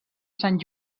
sant